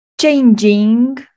changing